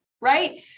right